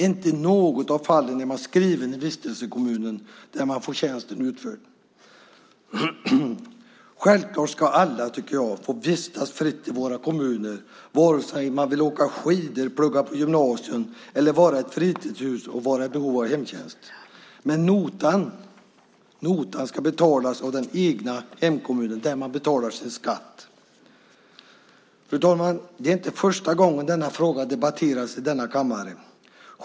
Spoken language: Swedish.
Inte i något av fallen är man skriven i vistelsekommunen där man får tjänsten utförd. Självklart ska alla, tycker jag, få vistas fritt i våra kommuner, vare sig man vill åka skidor, plugga på gymnasiet eller vara i ett fritidshus och vara i behov av hemtjänst. Men notan ska betalas av den egna hemkommunen där man betalar sin skatt. Fru talman! Det är inte första gången den här frågan debatteras i denna kammare.